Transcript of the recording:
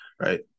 right